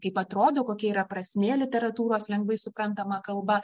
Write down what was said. kaip atrodo kokia yra prasmė literatūros lengvai suprantama kalba